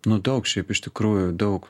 nu daug šiaip iš tikrųjų daug